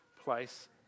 place